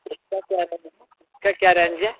इसका क्या रेंज है इसका क्या रेंज है